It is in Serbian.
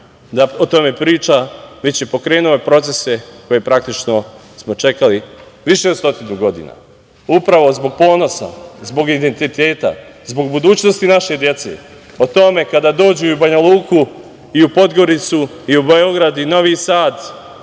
da o tome priča, već je pokrenuo procese koje praktično smo čekali više od stotinu godina, upravo zbog ponosa, zbog identiteta, zbog budućnosti naše dece, o tome kada dođu i u Banja Luku i u Podgoricu i u Beograd i u Novi Sad,